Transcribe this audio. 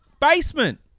basement